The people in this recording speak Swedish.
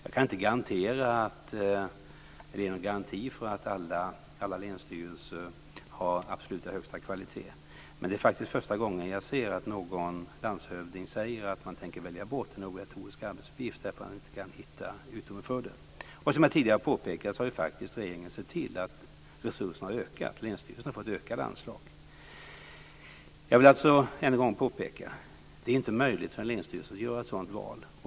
Jag kan inte ge någon garanti för att alla länsstyrelser har absolut högsta kvalitet. Men det är första gången jag ser att någon landshövding säger att man tänker välja bort en obligatorisk arbetsuppgift därför att man inte kan hitta utrymme för det. Som jag tidigare påpekat har regeringen sett till att resurserna har ökat och att länsstyrelserna har fått ökade anslag. Jag vill än en gång påpeka att det inte är möjligt för en länsstyrelse att göra ett sådant val.